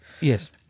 Yes